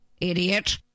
idiot